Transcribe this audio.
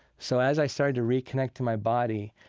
so as i started to reconnect to my body,